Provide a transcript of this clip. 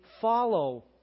follow